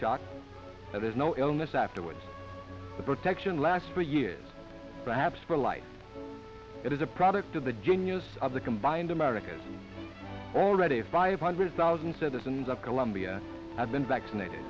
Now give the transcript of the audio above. shot and there's no illness afterwards the protection last for years perhaps for life it is a product of the genius of the combined american already five hundred thousand citizens of colombia have been vaccinated